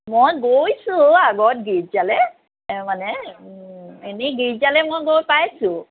মই গৈছোঁ আগত গীৰ্জালৈ এ মানে এনেই মই গীৰ্জালৈ গৈ পাইছোঁ